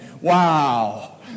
Wow